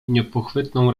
niepochwytną